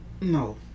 No